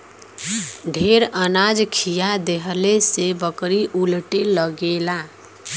ढेर अनाज खिया देहले से बकरी उलटे लगेला